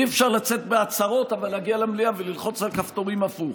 אי-אפשר לצאת בהצהרות אבל להגיע למליאה וללחוץ על כפתורים הפוך.